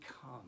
come